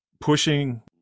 pushing